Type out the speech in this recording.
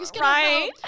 right